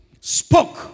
spoke